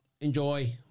enjoy